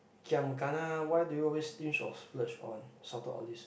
giam kana what do you always stinge or splurge on salted olives